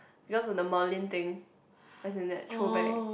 because of the Merlin as in that throwback